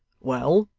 well!